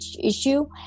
issue